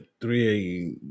three